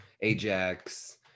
ajax